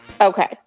Okay